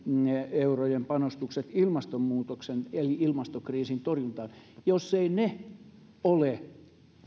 eurojen panostukset ilmastonmuutoksen eli ilmastokriisin torjuntaan eivät ole